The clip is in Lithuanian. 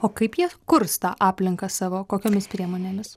o kaip jie kurs tą aplinką savo kokiomis priemonėmis